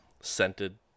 scented